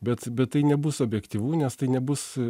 bet bet tai nebus objektyvu nes tai nebus